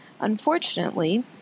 Unfortunately